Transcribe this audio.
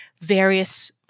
various